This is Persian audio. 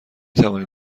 توانید